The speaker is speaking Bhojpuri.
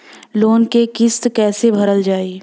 लोन क किस्त कैसे भरल जाए?